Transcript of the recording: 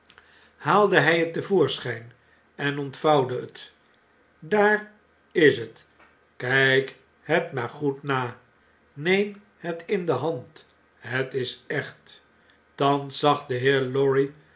haalde hij het te voorschp en ontvouwde het daar is het kyk het maar goed na neem het in de hand het is echt thans zag de heer lorry